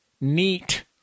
Neat